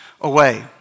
away